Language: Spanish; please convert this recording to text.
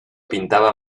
pintaba